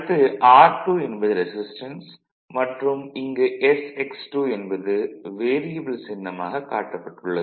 அடுத்து r2 என்பது resistance மற்றும் இங்கு sx2 என்பது வேரியபல் சின்னமாக காட்டப்பட்டுள்ளது